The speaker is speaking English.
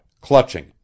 clutching